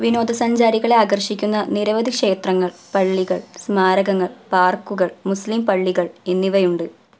വിനോദ സഞ്ചാരികളെ ആകർഷിക്കുന്ന നിരവധി ക്ഷേത്രങ്ങൾ പള്ളികൾ സ്മാരകങ്ങൾ പാർക്കുകൾ മുസ്ലീം പള്ളികൾ എന്നിവയുണ്ട്